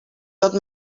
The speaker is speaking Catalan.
tot